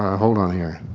hold on here.